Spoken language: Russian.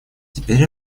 теперь